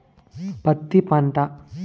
పత్తి పంట